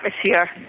atmosphere